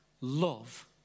love